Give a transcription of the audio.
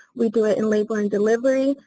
we do it in labor and delivery,